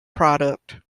product